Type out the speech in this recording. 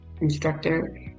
instructor